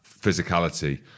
physicality